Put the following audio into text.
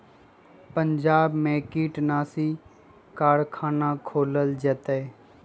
पंजाब में कीटनाशी कारखाना खोलल जतई